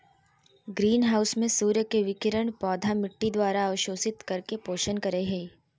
green house में सूर्य के विकिरण पौधा मिट्टी द्वारा अवशोषित करके पोषण करई हई